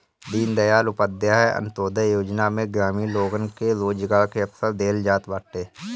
दीनदयाल उपाध्याय अन्त्योदय योजना में ग्रामीण लोगन के रोजगार के अवसर देहल जात बाटे